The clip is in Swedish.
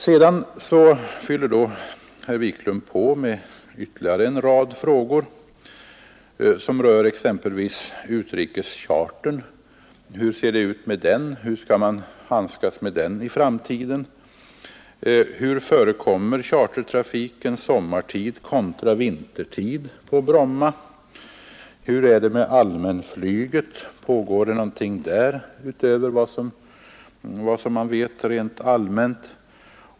Herr Wiklund fyller sedan på med ytterligare en rad frågor som rör exempelvis utrikeschartern. Hur ser det ut med den? Hur skall man handskas med den i framtiden? Hur förekommer chartertrafik sommartid kontra vintertid på Bromma? Hur är det med allmänflyget? Pågår det någonting. där utöver vad man vet rent allmänt?